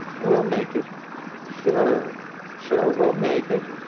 we'll make it sure sure we'll make it